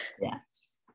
yes